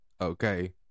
Okay